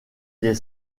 les